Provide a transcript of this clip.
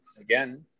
again